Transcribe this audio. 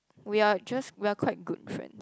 we are just we are quite good friends